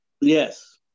Yes